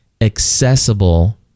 accessible